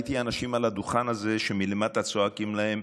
ראיתי אנשים על הדוכן הזה שמלמטה צועקים להם: